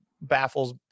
baffles